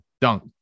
dunk